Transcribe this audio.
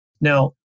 Now